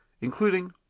including